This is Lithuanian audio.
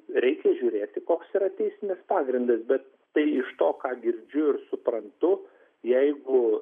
reikia žiūrėti koks yra teisinis pagrindas bet tai iš to ką girdžiu ir suprantu jeigu